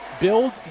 build